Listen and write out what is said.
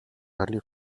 hurley